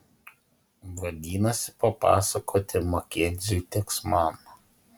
vadinasi papasakoti makenziui teks man